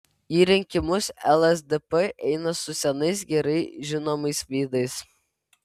į rinkimus lsdp eina su senais gerai žinomais veidais